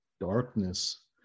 darkness